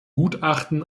gutachten